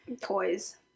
toys